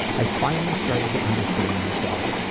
i finally started to understand myself.